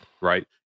Right